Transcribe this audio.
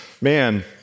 man